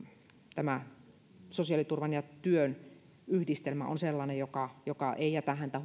sosiaaliturvan ja työn yhdistelmä on sellainen joka joka ei jätä häntä